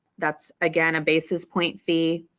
that's again a basis point fee.